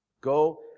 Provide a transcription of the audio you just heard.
Go